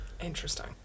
interesting